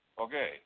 Okay